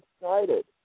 excited